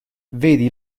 vedi